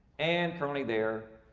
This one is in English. and currently there.